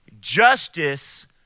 justice